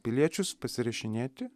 piliečius pasirašinėti